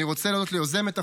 אני רוצה להודות ליוזמת החוק,